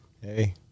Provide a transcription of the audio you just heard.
Hey